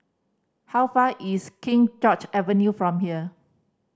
how far is King George Avenue from here